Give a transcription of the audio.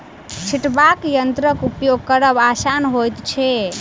छिटबाक यंत्रक उपयोग करब आसान होइत छै